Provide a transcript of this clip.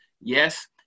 Yes